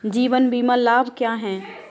जीवन बीमा लाभ क्या हैं?